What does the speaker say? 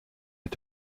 mit